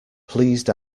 pleased